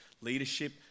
leadership